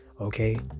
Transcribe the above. Okay